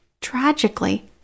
Tragically